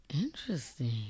Interesting